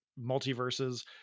multiverses